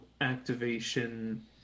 activation